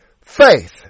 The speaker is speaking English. Faith